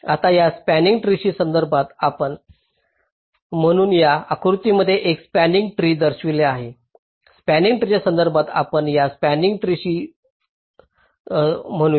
आता या spanning tree संदर्भात म्हणून या आकृत्यामध्ये मी एक स्पंनिंग ट्री दर्शवित आहे स्पंनिंग ट्री च्या संदर्भात आपण या स्पंनिंग ट्री स T म्हणू